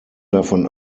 davon